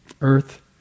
Earth